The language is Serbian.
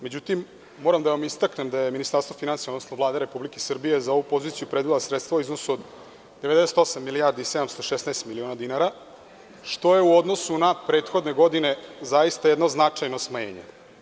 Međutim, moram da vam istaknem da je Ministarstvo finansija, odnosno Vlade Republike Srbije za ovu poziciju predvidela sredstva u iznosu od 98 milijardi i 716 miliona dinara, što je u odnosu na prethodne godine zaista jedno značajno smanjenje.